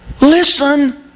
listen